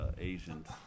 Asians